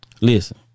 listen